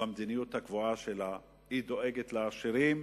במדיניות הגרועה שלה, היא דואגת לעשירים.